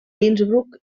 innsbruck